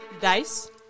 Dice